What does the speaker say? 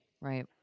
Right